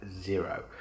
zero